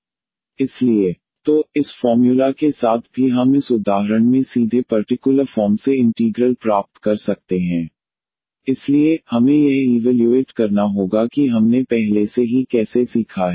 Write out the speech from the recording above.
इसलिए 1fDxVx1fV fDfD2V तो इस फॉर्म्युला के साथ भी हम इस उदाहरण में सीधे पर्टिकुलर फॉर्म से इंटीग्रल प्राप्त कर सकते हैं 1D2 2D1xsin x इसलिए हमें यह ईवल्यूएट करना होगा कि हमने पहले से ही कैसे सीखा है